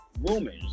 rumors